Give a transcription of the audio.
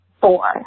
Four